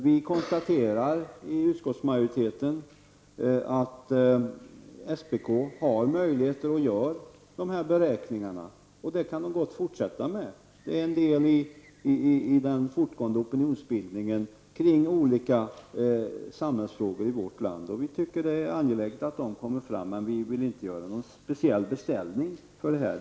Utskottsmajoriteten konstaterar, att SPK har möjlighet att göra och också gör dessa beräkningar, och det kan man gott fortsätta med. Det är en del i den fortgående opinionsbildningen kring olika samhällsfrågor i vårt land. Vi socialdemokrater anser att det är angeläget att dessa frågor kommer fram, men vi vill inte göra någon speciell beställning av denna anledning.